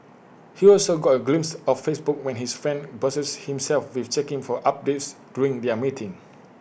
he also got A glimpse of Facebook when his friend busied himself with checking for updates during their meeting